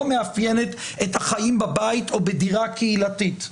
מאפיינת את החיים בבית או בדירה קהילתית.